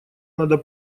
надо